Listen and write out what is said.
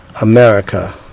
America